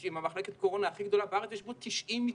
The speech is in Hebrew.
עם מחלקת קורונה הכי גדולה בארץ, יש בו 90 מיטות.